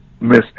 miss